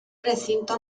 recinto